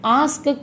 ask